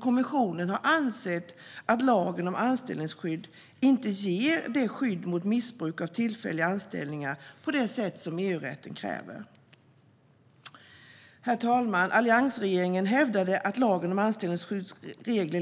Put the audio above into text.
Kommissionen har ansett att lagen om anställningsskydd inte ger skydd mot missbruk av tillfälliga anställningar på det sätt som EU-rätten kräver. Herr talman! Alliansregeringen hävdade att reglerna i lagen om anställningsskydd